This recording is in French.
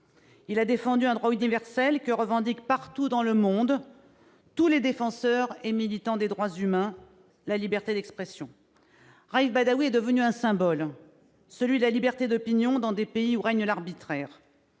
Il a défendu un droit universel que revendiquent tous les défenseurs et militants des droits humains partout dans le monde : la liberté d'expression. Raif Badawi est devenu un symbole, celui de la liberté d'opinion dans des pays où règne l'arbitraire.